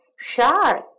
Shark